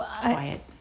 quiet